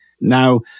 Now